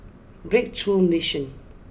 Breakthrough Mission